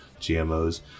GMOs